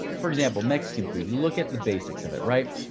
for example, mexican food, you look at the basics of it, right?